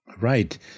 Right